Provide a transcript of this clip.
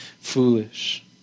foolish